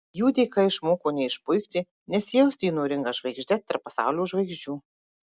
jų dėka išmoko neišpuikti nesijausti įnoringa žvaigžde tarp pasaulio žvaigždžių